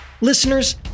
Listeners